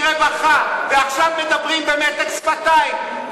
ועכשיו מדברים במתק שפתיים,